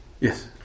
Yes